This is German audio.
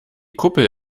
kuppel